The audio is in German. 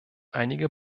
einige